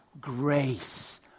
grace